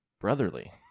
Brotherly